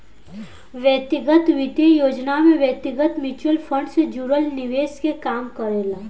व्यक्तिगत वित्तीय योजनाओं में व्यक्ति म्यूचुअल फंड से जुड़ल निवेश के काम करेला